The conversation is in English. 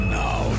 now